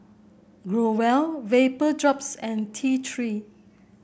Growell Vapodrops and T Three